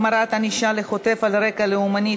החמרת ענישה לחוטף על רקע לאומני),